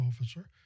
officer